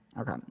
Okay